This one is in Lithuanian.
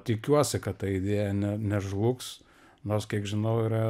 tikiuosi kad ta idėja ne nežlugs nors kiek žinau yra